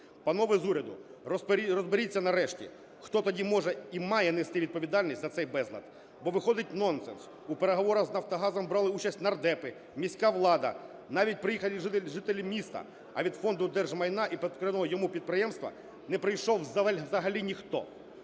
Панове з уряду, розберіться нарешті, хто тоді може і має нести відповідальність за цей безлад. Бо виходить нонсенс: у переговорах з "Нафтогазом" брали участь нардепи, міська влада, навіть приїхали жителі міста, а від Фонду держмайна і підпорядкованого йому підприємства не прийшов взагалі ніхто.